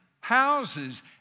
houses